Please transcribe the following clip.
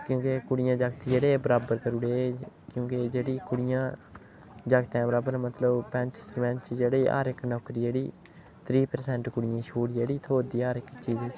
क्योंकि कुड़ियां जागत् जेह्ड़े बराबर करी ओड़े क्योंकि जेह्ड़ी कुड़ियां जगतें बराबर मतलब पंच सरपंच जेह्ड़े हर इक नौकरी जेह्ड़ी त्रीह् परसेंट कुड़ियें ई छूट जेह्ड़ी थ्होआ दी हर इक चीजै च